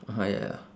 (uh huh) ya